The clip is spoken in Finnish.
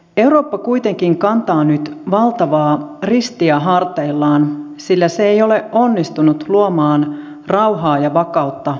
eurooppa kuitenkin kantaa nyt valtavaa ristiä harteillaan sillä se ei ole onnistunut luomaan rauhaa ja vakautta lähialueilleen